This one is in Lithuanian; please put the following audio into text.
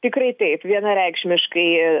tikrai taip vienareikšmiškai